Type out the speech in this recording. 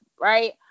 right